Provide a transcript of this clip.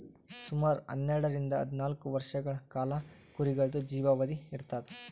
ಸುಮಾರ್ ಹನ್ನೆರಡರಿಂದ್ ಹದ್ನಾಲ್ಕ್ ವರ್ಷಗಳ್ ಕಾಲಾ ಕುರಿಗಳ್ದು ಜೀವನಾವಧಿ ಇರ್ತದ್